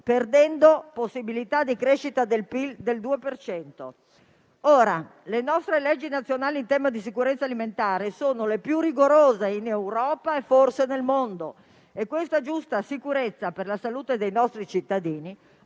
perdendo così la possibilità di crescita del PIL del 2 per cento. Le nostre leggi nazionali in tema di sicurezza alimentare sono le più rigorose in Europa e forse nel mondo e questa giusta sicurezza per la salute dei nostri cittadini